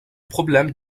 problème